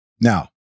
Now